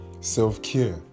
Self-care